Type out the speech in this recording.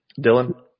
Dylan